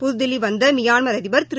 புதுதில்லி வந்த மியான்மர் அதிபர் திரு